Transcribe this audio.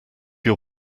your